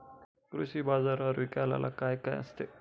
कृषी बाजारावर विकायला काय काय असते?